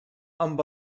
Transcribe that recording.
amb